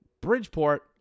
Bridgeport